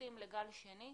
נכנסים לגל שני,